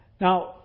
Now